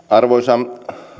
arvoisa